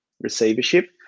receivership